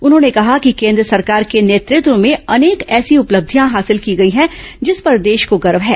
उन्होंने कहा कि केन्द्र सरकार के नेतृत्व में अनेक ऐसी उपलब्धियां हासिल की गई हैं जिस पर देश को गर्व है